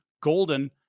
Golden